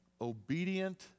obedient